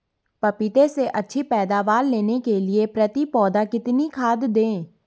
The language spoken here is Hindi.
पपीते से अच्छी पैदावार लेने के लिए प्रति पौधा कितनी खाद दें?